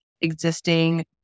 existing